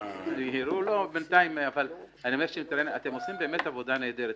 אתם עושים באמת עבודה נהדרת.